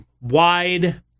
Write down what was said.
wide